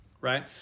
right